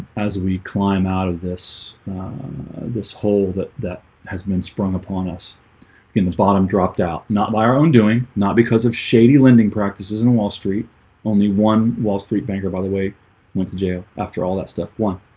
as we climb out of this this hole that that has been sprung upon us even the bottom dropped out not by our own doing not because of shady lending practices in wall street only one wall street banker by the way went to jail after all that stuff one